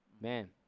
Man